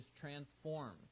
transformed